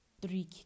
three